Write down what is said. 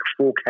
4K